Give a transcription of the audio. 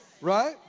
right